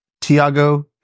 Tiago